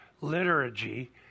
liturgy